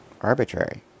arbitrary